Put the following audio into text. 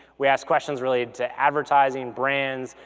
we asked questions related to advertising, brands,